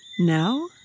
Now